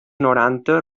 noranta